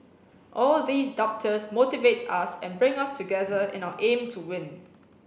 all these doubters motivate us and bring us together in our aim to win